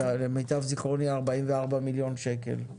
למיטב זיכרוני 44 מיליון שקל.